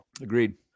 Agreed